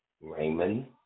Raymond